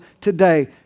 today